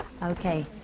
Okay